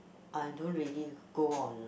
I don't really go on